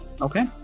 Okay